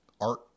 art